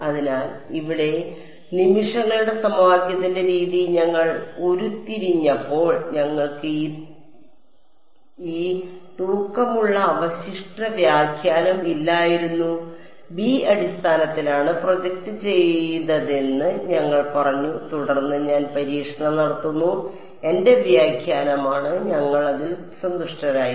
അതിനാൽ ഇവിടെ നിമിഷങ്ങളുടെ സമവാക്യത്തിന്റെ രീതി ഞങ്ങൾ ഉരുത്തിരിഞ്ഞപ്പോൾ ഞങ്ങൾക്ക് ഈ തൂക്കമുള്ള അവശിഷ്ട വ്യാഖ്യാനം ഇല്ലായിരുന്നു b അടിസ്ഥാനത്തിലാണ് പ്രൊജക്റ്റ് ചെയ്തതെന്ന് ഞങ്ങൾ പറഞ്ഞു തുടർന്ന് ഞാൻ പരീക്ഷണം നടത്തുന്നു എന്റെ വ്യാഖ്യാനമാണ് ഞങ്ങൾ അതിൽ സന്തുഷ്ടരായിരുന്നു